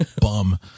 bum